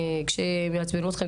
כשהם יעצבנו אתכם,